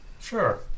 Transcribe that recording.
Sure